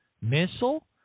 missile